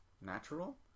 natural